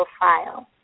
profile